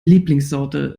lieblingssorte